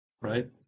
right